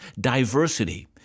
diversity